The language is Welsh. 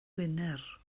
wener